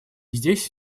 здесь